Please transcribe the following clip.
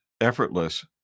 effortless